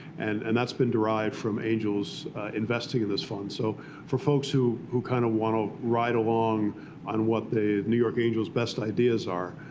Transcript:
and and that's been derived from angels investing in this fund. so for folks who who kind of want to ride along on what the new york angels best ideas are,